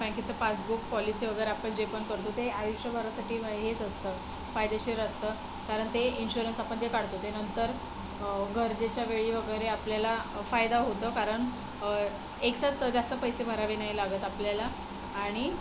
बँकेचं passbook policy वगैरे आपण जे पण करतो ते आयुष्यभरासाठी मग हेच असतं फायदेशीर असतं कारण ते इंश्युरन्स आपण जे काढतो ते नंतर गरजेच्या वेळी वगैरे आपल्याला फायदा होतो कारण एकसाथ जास्त पैसे भरावे नाही लागत आपल्याला आणि